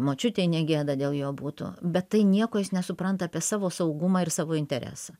močiutei negėda dėl jo būtų bet tai nieko jis nesupranta apie savo saugumą ir savo interesą